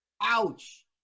ouch